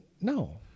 no